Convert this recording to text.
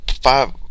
five